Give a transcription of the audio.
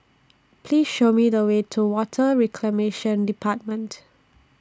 Please Show Me The Way to Water Reclamation department